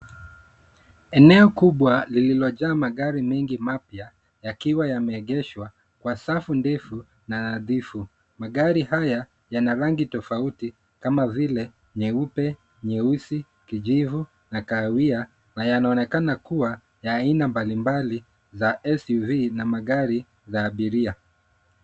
Eneo kubwa liliojaa magari mingi mapya yakiwa yame egeshwa kwa safu ndefu na adhifu. Gari haya yana rangi tofauti kama vile nyeupe, nyeusi, kijivu na kahawia na yanaonekana kuwa ya aina mbalimbali za SUV na magari za abiria.